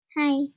Hi